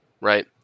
right